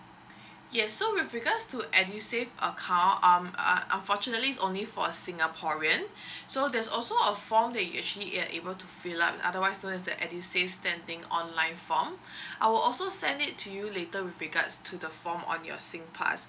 yes so with regards to edusave account um uh unfortunately is only for uh singaporean so there's also a form that you actually are able to fill up otherwise says as the edusave standing online form I'll also send it to you later with regards to the form on your singpass